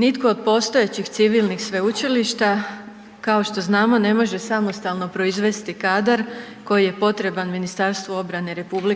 Nitko od postojećih civilnih sveučilišta, kao što znamo, ne može samo proizvesti kadar koji je potreban MORH-u,